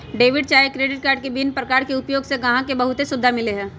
debit चाहे credit card के विभिन्न प्रकार के उपयोग से गाहक के बहुते सुभिधा मिललै ह